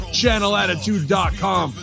channelattitude.com